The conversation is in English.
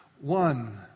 One